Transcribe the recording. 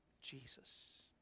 Jesus